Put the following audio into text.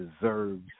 deserves